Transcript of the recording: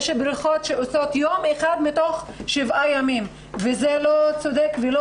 יש בריכות שעושות יום אחד מתוך שבעה ימים וזה לא צודק ולא